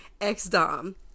ex-dom